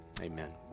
Amen